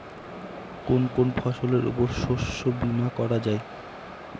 কোন কোন ফসলের উপর শস্য বীমা করা যায়?